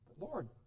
Lord